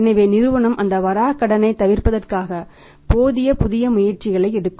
எனவே நிறுவனம் அந்த வராக் கடனை தவிர்ப்பதற்காக போதிய புதிய முயற்சியை எடுக்கும்